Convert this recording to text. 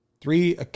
three